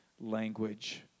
language